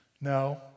No